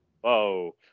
Whoa